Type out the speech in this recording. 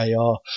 AR